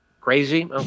Crazy